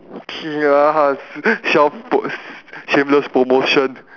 pierce self post shameless promotion